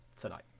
tonight